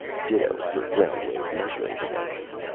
ditto for ground-wave measuring devices.